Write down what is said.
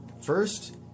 first